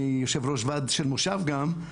אני יושב ראש ועד של מושב גם,